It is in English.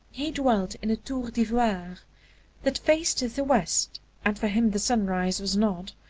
he dwelt in a tour d'ivoire that faced the west and for him the sunrise was not,